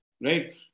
right